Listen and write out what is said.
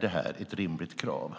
det är ett rimligt krav.